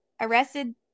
arrested